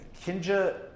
Kinja